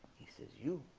he says you